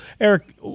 Eric